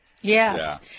Yes